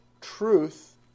truth